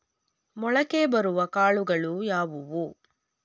ಮೊಳಕೆ ಬರುವ ಕಾಳುಗಳು ಯಾವುವು?